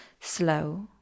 slow